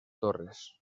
torres